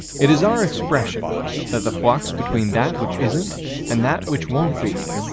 it is our expression that the flux between that which isn't and that which won't be,